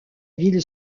ville